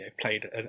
played